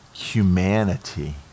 Humanity